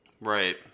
Right